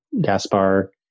Gaspar